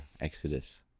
Exodus